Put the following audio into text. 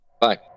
bye